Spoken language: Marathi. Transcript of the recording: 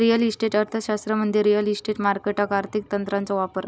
रिअल इस्टेट अर्थशास्त्र म्हणजे रिअल इस्टेट मार्केटात आर्थिक तंत्रांचो वापर